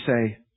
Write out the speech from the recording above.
say